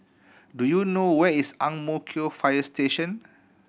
do you know where is Ang Mo Kio Fire Station